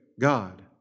God